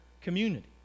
community